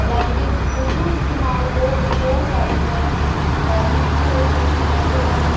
language Urdu استعمال ہو ہو جا رہی ہے اور لکھ بھی دیتے ہیں جہاں